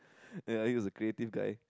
ya he was a creative guy